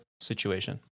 situation